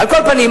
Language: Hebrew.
על כל פנים,